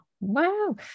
wow